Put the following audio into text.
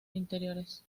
interiores